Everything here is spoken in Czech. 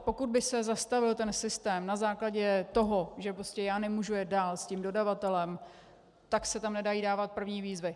Pokud by se zastavil ten systém na základě toho, že prostě já nemůžu jet dál s tím dodavatelem, tak se tam nedají dávat první výzvy.